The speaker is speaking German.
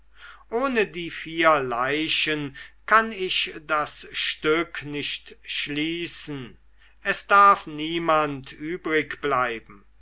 ohne die vier leichen kann ich das stück nicht schließen es darf niemand